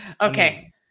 Okay